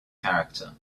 character